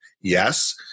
Yes